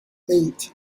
eight